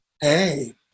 hey